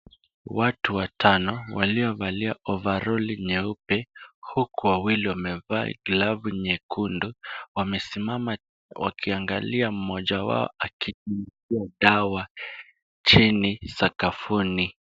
Watu watano waliovalia ovaroli nyeupe, huku wawili wamevaa glavu nyekundu wamesimama wakiangalia mmoja wao akinyunyuzia dawa chini sakafuni.